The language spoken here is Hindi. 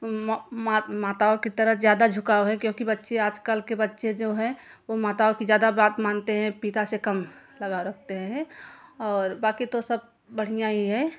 माताओं की तरफ ज़्यादा झुकाव क्योंकि बच्चे आजकल के बच्चे जो हैं वो माताओं की ज़्यादा बात मानते हैं पिता से कम लगाव रखते हैं और बाकि तो सब बढ़िया ही है